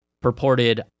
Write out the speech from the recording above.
purported